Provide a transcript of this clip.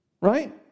right